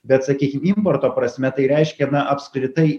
bet sakykim importo prasme tai reiškia na apskritai